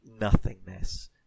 nothingness